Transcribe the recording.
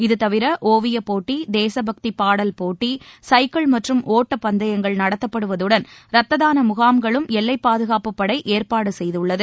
இதுதவிர ஒவியப்போட்டி தேசப்பக்தி பாடல் போட்டி சைக்கிள் மற்றும் ஒட்டப் பந்தயங்கள் நடத்தப்படுவதுடன் ரத்ததான முகாம்களுக்கும் எல்லைப் பாதுகாப்புப் படை ஏற்பாடு செய்துள்ளது